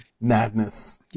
madness